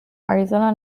arizona